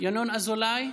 ינון אזולאי,